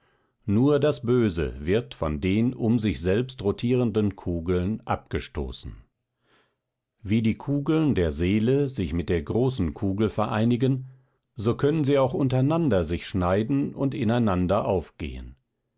nur das böse wird von den um sich selbst rotierenden kugeln abgestoßen wie die kugeln der seele sich mit der großen kugel vereinigen so können sie auch untereinander sich schneiden und ineinander aufgehen